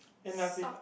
and I've been